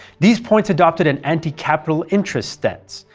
these points adopted an anti-capital interest stance,